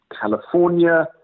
California